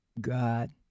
God